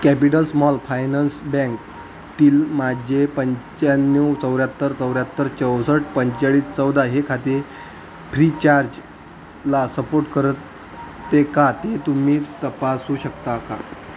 capital small finance bank तील माझे पंच्याण्णव चौर्याहत्तर चौर्याहत्तर चौसष्ट पंचेचाळीस चौदा हे खाते फ्रीचार्जला सपोर्ट करते का ते तुम्ही तपासू शकता का